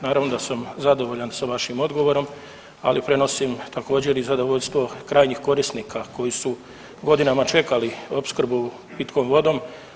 Naravno da sam zadovoljan sa vašim odgovorom, ali prenosim također i zadovoljstvo krajnjih korisnika koji su godinama čekala opskrbu pitkom vodom.